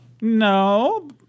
no